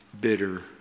bitter